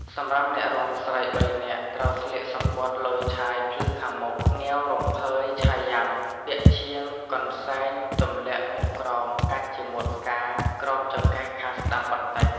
សម្រាប់អ្នករាំស្រី៣នាក់ ត្រូវស្លៀកសំពត់លយឆាយភ្លឺខាងមុខ ងាវរំភើយឆៃយ៉ាំ ពាក់ឈៀងកន្សែងៃំលាក់មកក្រោមកាច់ជាម៉ូតផ្កាក្រោមចង្កេះខាងស្ដាំបន្តិច។